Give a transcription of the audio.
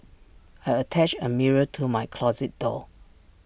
I attached A mirror to my closet door